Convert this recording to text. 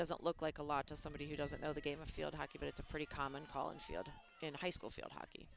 doesn't look like a lot to somebody who doesn't know the game a field hockey but it's a pretty common call and field in high school field hockey